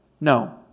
No